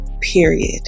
period